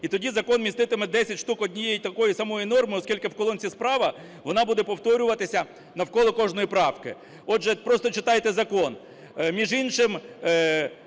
І тоді закон міститиме десять штук однієї такої самої норми. Оскільки в колонці справа вона буде повторюватися навколо кожної правки. Отже, просто читайте закон.